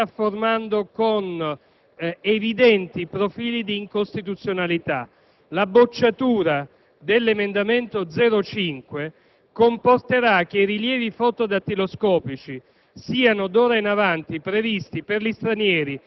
è un dato esclusivamente tecnico, per chiedere ai colleghi del centro-sinistra, anche in questa votazione, di non farsi guidare da pregiudiziali ideologiche. Questo decreto si sta formando con